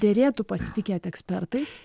derėtų pasitikėt ekspertais